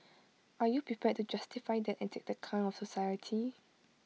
are you prepared to justify that and take that kind of society